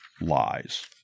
lies